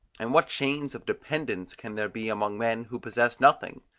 and what chains of dependence can there be among men who possess nothing?